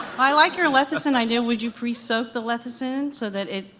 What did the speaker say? i like your lecithin idea, would you presoak the lecithin so that it,